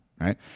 Right